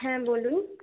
হ্যাঁ বলুন